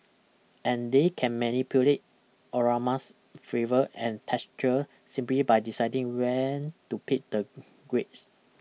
and they can manipulate aromas fravours and textures simply by deciding when to pick the grapes